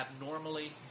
abnormally